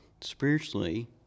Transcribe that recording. spiritually